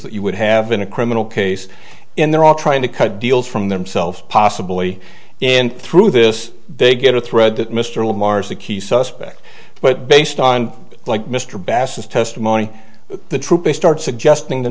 that you would have in a criminal case and they're all trying to cut deals from themselves possibly in through this they get a thread that mr lamar's a key suspect but based on like mr bass is testimony the truth they start suggesting the